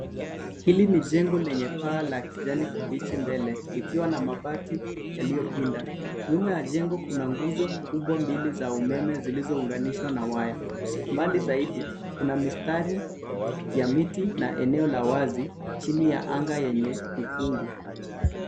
Hili ni jengo lenye paa la kijani kibichi mbele, likiwa na mabati yaliyopinda. Nyuma ya jengo kuna nguzo kubwa mbili za umeme zilizounganishwa na waya. Mbali zaidi, kuna mistari ya miti na eneo la wazi, chini ya anga lenye ukungu.